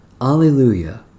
Alleluia